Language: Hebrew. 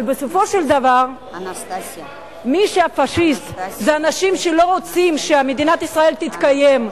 אבל בסופו של דבר מי שפאשיסט אלה אנשים שלא רוצים שמדינת ישראל תתקיים.